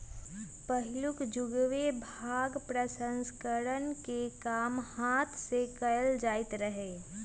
पहिलुक जुगमें भांग प्रसंस्करण के काम हात से कएल जाइत रहै